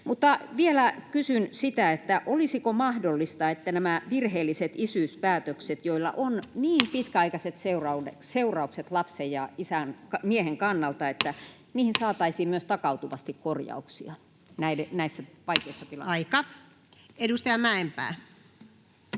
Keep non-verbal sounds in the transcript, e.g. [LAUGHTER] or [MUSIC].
vielä kysyn: olisiko mahdollista, että näihin virheellisiin isyyspäätöksiin, joilla on niin [NOISE] pitkäaikaiset seuraukset lapsen ja miehen kannalta, [NOISE] saataisiin myös takautuvasti korjauksia näissä vaikeissa tilanteissa? [Puhemies: Aika!] Edustaja Mäenpää.